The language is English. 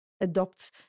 adopt